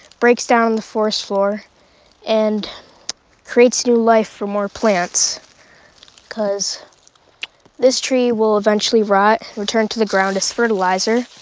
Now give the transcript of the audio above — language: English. breaks down on the forest floor and creates new life for more plants because this tree will eventually rot, return to the ground as fertilizer,